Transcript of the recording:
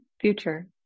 future